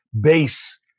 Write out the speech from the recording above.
base